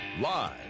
Live